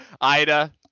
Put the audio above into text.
Ida